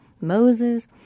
Moses